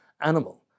animal